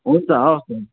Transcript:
हुन्छ हवस्